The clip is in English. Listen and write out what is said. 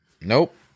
Nope